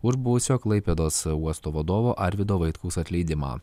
už buvusio klaipėdos uosto vadovo arvydo vaitkaus atleidimą